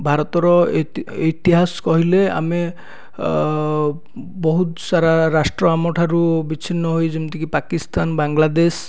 ଭାରତର ଇତିହାସ କହିଲେ ଆମେ ବହୁତ ସାରା ରାଷ୍ଟ୍ର ଆମଠାରୁ ବିଚ୍ଚିନ୍ନ ହୋଇ ଯେମିତି କି ପାକିସ୍ତାନ ବାଙ୍ଗଲାଦେଶ